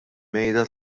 mejda